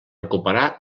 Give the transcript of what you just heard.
recuperar